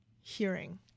hearing